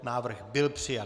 Návrh byl přijat.